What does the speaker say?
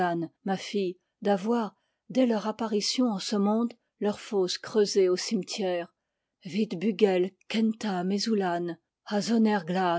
ma fille d'avoir dès leur apparition en ce monde leur fosse creusée au cimetière vit bugel kenta